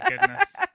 goodness